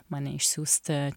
mane išsiųsti